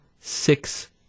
six